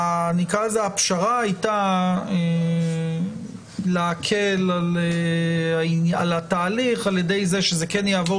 הפשרה הייתה להקל על התהליך על-ידי זה שזה יעבור